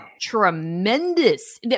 tremendous